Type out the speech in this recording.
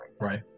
Right